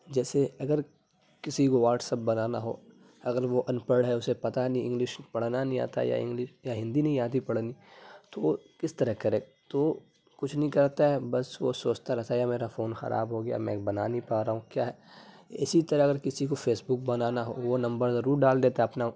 جیسے اگر کسی کو واٹس ایپ بنانا ہو اگر وہ ان پڑھ ہے اسے پتا نہیں انگلش پڑھنا نہیں آتا یا انگلش یا ہندی نہیں آتی پڑھنی تو وہ کس طرح کرے تو کچھ نہیں کرتا ہے بس وہ سوچتا رہتا ہے یار میرا فون خراب ہو گیا میں بنا نہیں پا رہا ہوں کیا ہے اسی طرح اگر کسی کو فیس بک بنانا ہو وہ نمبر ضرور ڈال دیتا اپنا